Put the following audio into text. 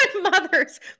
mothers